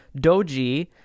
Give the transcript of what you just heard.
Doji